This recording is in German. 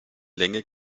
länge